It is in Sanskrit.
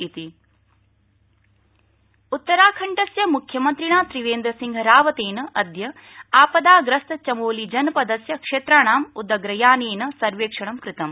जि उत्तराखण्ड त्रासदी उत्तराखण्डस्य मुख्यमन्त्रिणा त्रिवेन्द्र सिंह रावतेन अद्य आपदाग्रस्त चमोली जनपदस्य क्षेत्राणां उद्ग्रयानेन सर्वेक्षणं कृतम्